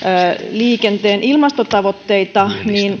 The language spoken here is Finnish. liikenteen ilmastotavoitteita